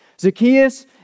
Zacchaeus